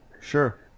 Sure